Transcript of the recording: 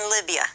Libya